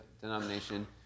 denomination